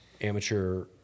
amateur